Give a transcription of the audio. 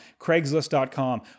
craigslist.com